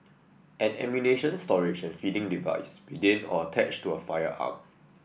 an ammunition storage and feeding device within or attached to a firearm